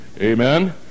Amen